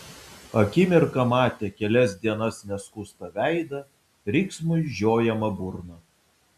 akimirką matė kelias dienas neskustą veidą riksmui žiojamą burną